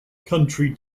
country